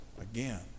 again